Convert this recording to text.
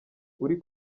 uri